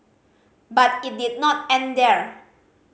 but it did not end there